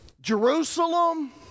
Jerusalem